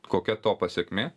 kokia to pasekmė